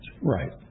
Right